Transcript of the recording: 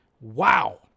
Wow